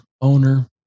owner